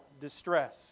distress